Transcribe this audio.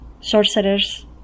Sorcerers